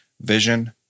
Vision